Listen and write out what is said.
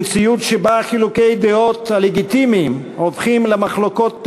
במציאות שבה חילוקי דעות לגיטימיים הופכים למחלוקות תהומיות,